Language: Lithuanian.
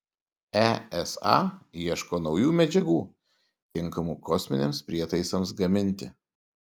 esa ieško naujų medžiagų tinkamų kosminiams prietaisams gaminti